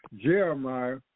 Jeremiah